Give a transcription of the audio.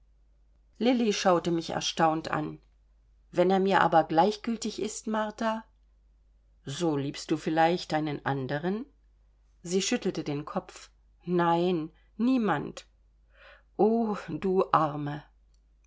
lilli schaute mich erstaunt an wenn er mir aber gleichgültig ist martha so liebst du vielleicht einen anderen sie schüttelte den kopf nein niemand o du arme